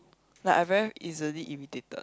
like I very easily irritated